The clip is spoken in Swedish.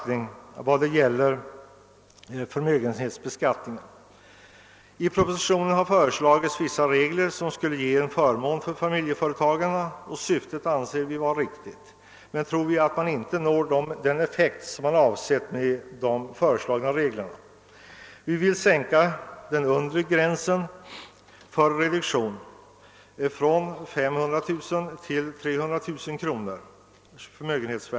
I propositionen har föreslagits vissa regler som skulle ge familjeföretagen en förmån. Syftet anser vi är riktigt, men vi tror inte att man med de föreslagna reglerna når den avsedda effekten. Vi vill sänka den undre gränsen för reduktion av förmösgenhetsskatt från 500 000 till 300 000 kronors förmögenhetsvärde.